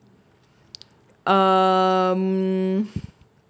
um